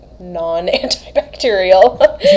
non-antibacterial